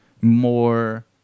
more